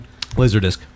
LaserDisc